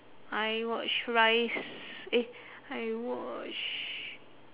I watch rise eh I watch